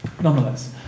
Nonetheless